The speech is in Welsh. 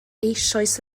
eisoes